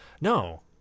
No